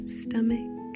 stomach